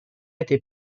été